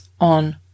on